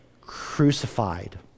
crucified